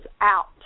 out